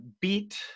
beat